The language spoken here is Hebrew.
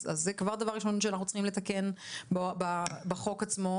אז זה כבר הדבר הראשון שאנחנו צריכים לתקן בחוק עצמו